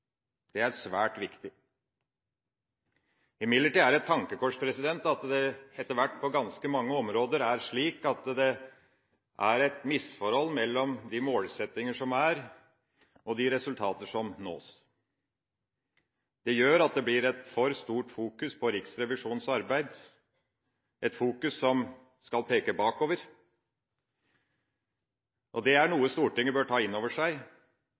Det er svært viktig. Imidlertid er det et tankekors at det etter hvert på ganske mange områder er blitt slik at det er et misforhold mellom målsettingene og de resultatene som oppnås. Det gjør at det blir et for stort fokus på Riksrevisjonens arbeid – på det som skal peke bakover. Det er noe Stortinget bør ta inn over seg,